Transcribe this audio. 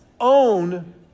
Own